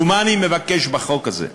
ומה אני מבקש בחוק הזה?